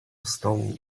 stołu